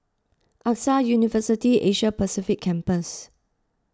Axa University Asia Pacific Campus